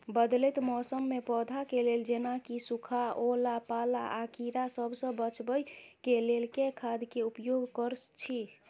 बदलैत मौसम मे पौधा केँ लेल जेना की सुखा, ओला पाला, आ कीड़ा सबसँ बचबई केँ लेल केँ खाद केँ उपयोग करऽ छी?